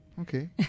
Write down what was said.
Okay